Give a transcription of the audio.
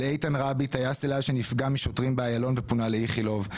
לאיתן רביץ שנפגע משוטרים באיילון ופונה לאיכילוב,